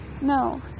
No